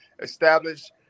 establish